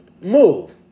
Move